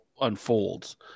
unfolds